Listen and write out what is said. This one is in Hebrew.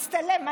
הצטלם, טוב.